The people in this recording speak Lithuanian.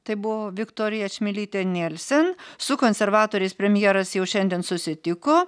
tai buvo viktorija čmilytė nielsen su konservatoriais premjeras jau šiandien susitiko